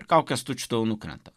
ir kaukės tučtuojau nukrenta